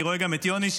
אני רואה גם את יוני,